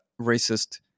racist